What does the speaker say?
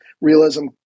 realism